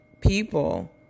people